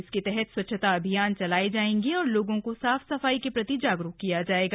इसके तहत स्वच्छता अभियान चलाये जाएंगे और लोगों को साफ सफाई के प्रति जागरूक किया जाएगा